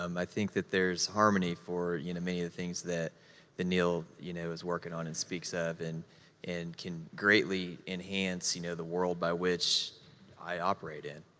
um i think that there's harmony for you know many of the things that neil you know is working on and speaks of, and and can greatly enhance you know the world by which i operate in.